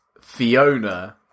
Fiona